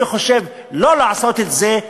ואני חושב שלא לעשות את זה,